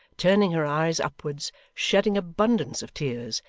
turning her eyes upwards, shedding abundance of tears,